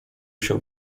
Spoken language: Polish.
się